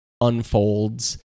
unfolds